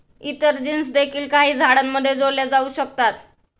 इतर जीन्स देखील काही झाडांमध्ये जोडल्या जाऊ शकतात